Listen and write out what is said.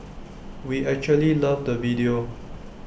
we actually loved the video